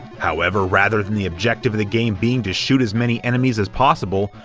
however, rather than the objective of the game being to shoot as many enemies as possible,